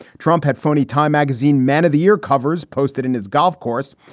trump had phony time magazine man of the year covers posted in his golf course.